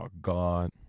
God